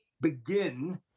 begin